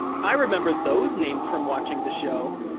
i remember those names from watching the show!